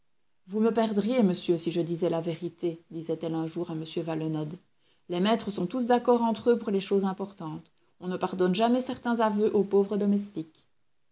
vous me perdriez monsieur si je disais la vérité disait-elle un jour à m valenod les maîtres sont tous d'accord entre eux pour les choses importantes on ne pardonne jamais certains aveux aux pauvres domestiques